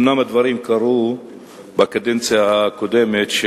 אומנם הדברים קרו בקדנציה הקודמת,